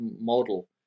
model